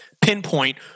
pinpoint